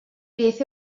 beth